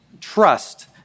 trust